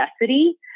necessity